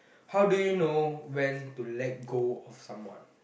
how do you know when to let go of someone